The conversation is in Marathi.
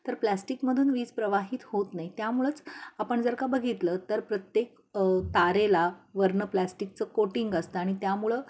तर प्लॅस्टिकमधून वीज प्रवाहित होत नाही त्यामुळंच आपण जर का बघितलं तर प्रत्येक तारेला वरनं प्लॅस्टिकचं कोटिंग असतं आणि त्यामुळं